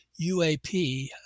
UAP